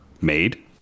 made